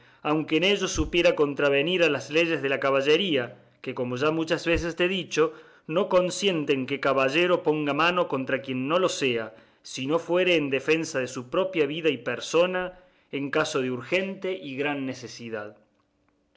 aunque en ello supiera contravenir a las leyes de la caballería que como ya muchas veces te he dicho no consienten que caballero ponga mano contra quien no lo sea si no fuere en defensa de su propria vida y persona en caso de urgente y gran necesidad